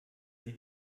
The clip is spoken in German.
sie